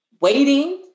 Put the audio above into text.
waiting